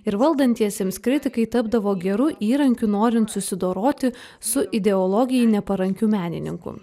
ir valdantiesiems kritikai tapdavo geru įrankiu norint susidoroti su ideologijai neparankiu menininku